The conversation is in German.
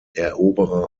eroberer